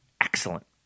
Excellent